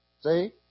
See